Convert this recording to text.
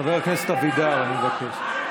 חבר הכנסת אבידר, אני מבקש.